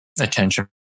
Attention